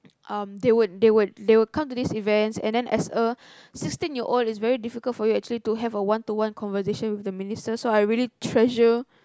um they would they would they would come to these events and then as a sixteen year old is very difficult for you actually to have a one to one conversation with the minister so I really treasure